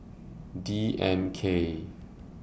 D M K